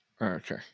Okay